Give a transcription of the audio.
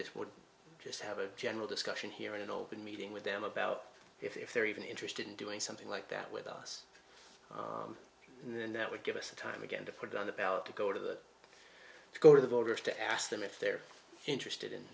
it would just have a general discussion here in an open meeting with them about if they're even interested in doing something like that with us and then that would give us the time again to put on the ballot to go to the go to the voters to ask them if they're interested in